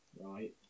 right